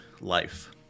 life